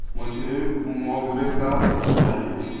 मुझे मोगरे का इत्र चाहिए